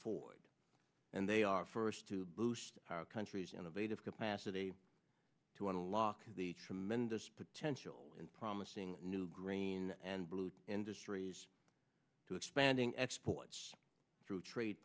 forward and they are first to boost our country's innovative capacity to unlock the tremendous potential and promising new green and blue industries to expanding exports through trade